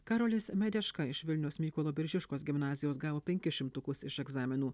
karolis medeška iš vilniaus mykolo biržiškos gimnazijos gavo penkis šimtukus iš egzaminų